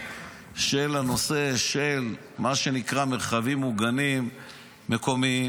הנושא של מה שנקרא מרחבים מוגנים מקומיים,